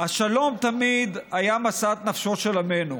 "השלום תמיד היה משאת נפשו של עמנו,